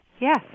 Yes